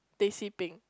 teh-C-peng